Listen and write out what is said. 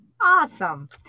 Awesome